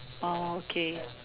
orh okay